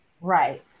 right